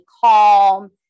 calm